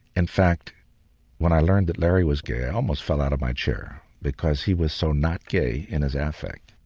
in fact when i learned that larry was gay i almost fell out of my chair, because he was so not gay in his affect.